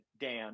Dan